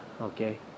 Okay